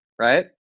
right